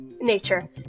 nature